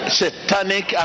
satanic